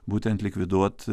būtent likviduot